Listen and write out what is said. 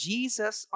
Jesus